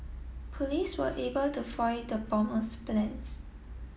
police were able to foil the bomber's plans